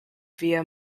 via